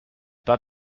pas